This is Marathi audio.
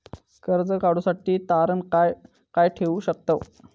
कर्ज काढूसाठी तारण काय काय ठेवू शकतव?